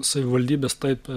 savivaldybės taip